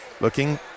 Looking